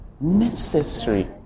Necessary